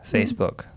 Facebook 、